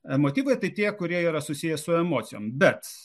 emotyvai tie kurie yra susiję su emocijom bet